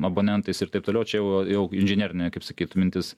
abonentais ir taip toliau čia jau jau inžinerinė kaip sakyt mintis